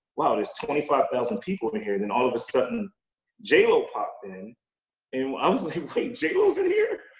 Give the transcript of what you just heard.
wow, there's twenty five thousand people in here. then all of a sudden j. lo popped in and i was like, wait, j. lo's in here?